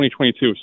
2022